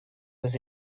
was